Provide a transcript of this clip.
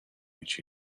each